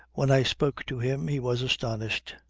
when i spoke to him he was astonished.